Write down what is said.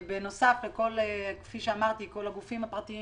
בנוסף לכל הגופים הפרטיים